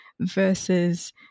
versus